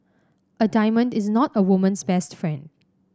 a diamond is not a woman's best friend